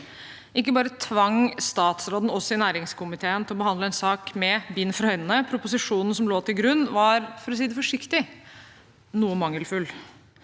Ikke bare tvang statsråden oss i næringskomiteen til å behandle en sak med bind for øynene. Proposisjonen som lå til grunn, var – for å si det forsiktig – også noe mangelfull.